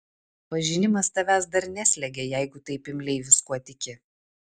pažinimas tavęs dar neslegia jeigu taip imliai viskuo tiki